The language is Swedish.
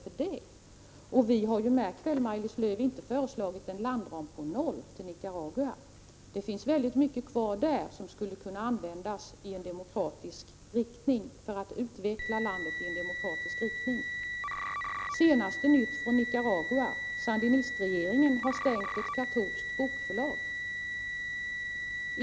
Märk väl, Maj-Lis Lööw, att vi inte har föreslagit en landram på noll till Nicaragua. Det finns väldigt mycket kvar där som skulle kunna användas för att utveckla landet i en demokratisk riktning. Senaste nytt från Nicaragua: Sandinistregeringen har stängt ett katolskt bokförlag.